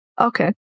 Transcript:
Okay